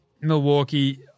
Milwaukee